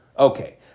Okay